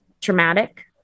traumatic